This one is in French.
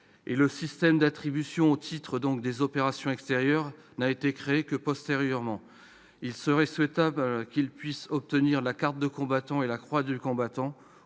et le système d'attribution au titre des opérations extérieures n'a été créé que postérieurement. Il serait souhaitable qu'ils puissent obtenir la carte du combattant et la croix du combattant,